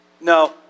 No